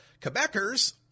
Quebecers